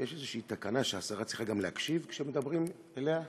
יש איזושהי תקנה שהשרה צריכה גם להקשיב כשמדברים אליה?